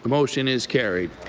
motion is carried.